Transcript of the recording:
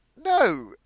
No